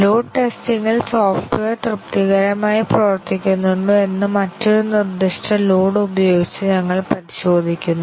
load ടെസ്റ്റിംഗിൽ software തൃപ്തികരമായി പ്രവർത്തിക്കുന്നുണ്ടോ എന്ന് മറ്റൊരു നിർദ്ദിഷ്ട ലോഡ് ഉപയോഗിച്ച് ഞങ്ങൾ പരിശോധിക്കുന്നു